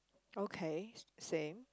okay same